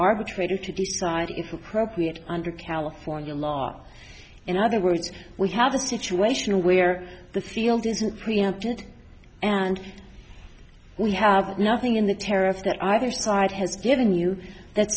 arbitrator to decide if appropriate under california law in other words we have a situation where the field isn't preempted and we have nothing in the tariff that either side has given you that